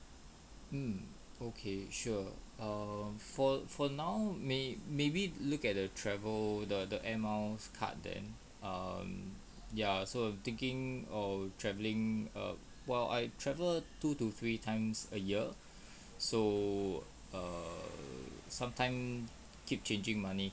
mm okay sure um for for now may~ maybe look at the travel the the air miles card then um ya so I'm thinking or travelling err while I travel two to three times a year so err sometime keep changing money